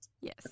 Yes